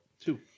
Two